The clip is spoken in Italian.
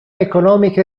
economica